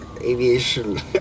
aviation